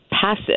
passive